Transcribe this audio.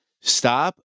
Stop